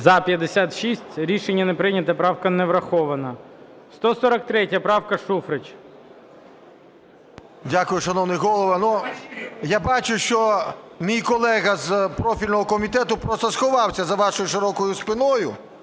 За-56 Рішення не прийнято. Правка не врахована. 143 правка, Шуфрич. 14:51:17 ШУФРИЧ Н.І. Дякую, шановний Голово. Я бачу, що мій колега з профільного комітету просто сховався за вашою широкою спиною